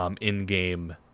in-game